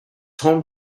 home